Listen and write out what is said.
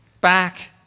back